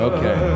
Okay